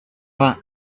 vin